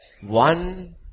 one